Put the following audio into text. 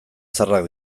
zaharrak